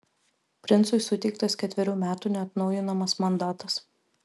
princui suteiktas ketverių metų neatnaujinamas mandatas